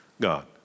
God